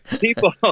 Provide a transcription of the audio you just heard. people